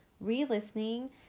re-listening